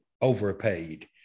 overpaid